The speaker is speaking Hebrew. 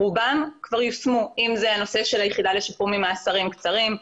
רובן כבר יושמו: נושא היחידה לשחרור ממאסרים קצרים,